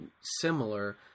similar